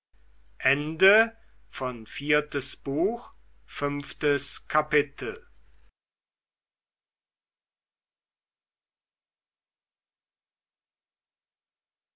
viertes buch erstes kapitel